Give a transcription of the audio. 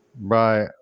Right